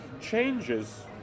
changes